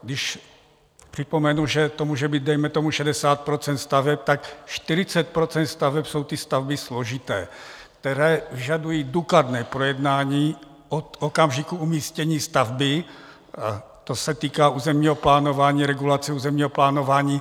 Když připomenu, že to může být dejme tomu 60 % staveb, tak 40 % staveb jsou ty stavby složité, které vyžadují důkladné projednání od okamžiku umístění stavby to se týká územního plánování, regulace územního plánování.